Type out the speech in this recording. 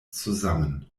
zusammen